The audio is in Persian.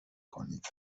کنید